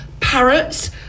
parrots